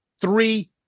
three